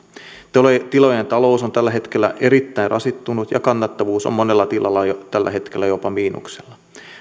tilojen talous on tällä hetkellä erittäin rasittunut ja kannattavuus on monella tilalla tällä hetkellä jopa miinuksella